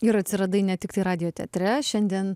ir atsiradai ne tiktai radijo teatre šiandien